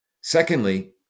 Secondly